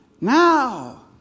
Now